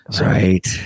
Right